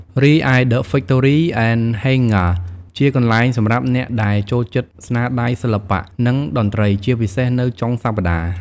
រីឯ The Factory and Hangar (ហ៊េងហ្គា) ជាកន្លែងសម្រាប់អ្នកដែលចូលចិត្តស្នាដៃសិល្បៈ និងតន្ត្រី ជាពិសេសនៅចុងសប្តាហ៍។